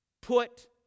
Put